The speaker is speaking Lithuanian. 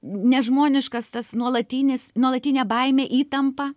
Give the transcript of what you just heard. nežmoniškas tas nuolatinis nuolatinė baimė įtampa